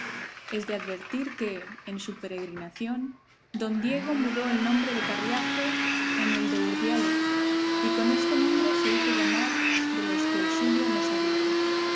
es de advertir que en su peregrinación don diego mudó el nombre de carriazo en el de urdiales y con este nombre se hizo llamar de los que el suyo no sabían